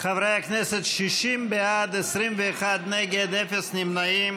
חברי הכנסת, 60 בעד, 21 נגד, אפס נמנעים.